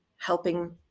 helping